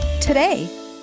today